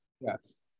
Yes